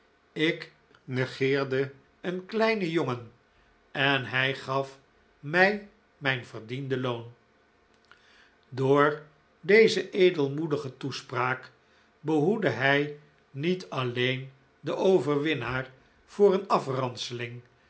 ik negerde een kleinen jongen en hij gaf mij mijn verdiende loon door deze edelmoedige toespraak behoedde hij niet alleen den overwinnaar voor een afranseling